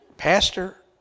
Pastor